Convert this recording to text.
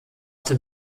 dem